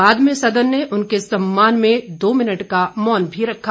बाद में सदन ने उनके सम्मान में दो मिनट का मौन भी रखा